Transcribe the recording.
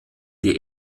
die